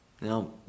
Now